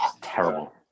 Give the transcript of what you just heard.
Terrible